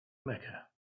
mecca